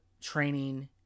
training